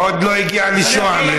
עוד לא הגיע לשוהם.